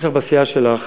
יש לך בסיעה שלך